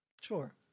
Sure